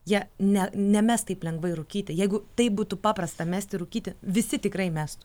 jie ne ne mes taip lengvai rūkyti jeigu taip būtų paprasta mesti rūkyti visi tikrai mestų